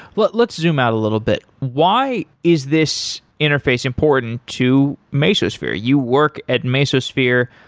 but let's zoom out a little bit. why is this interface important to mesosphere? you work at mesosphere.